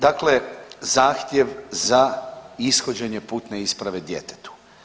Dakle zahtjev za ishođenje putne isprave djetetu.